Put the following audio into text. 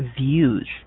views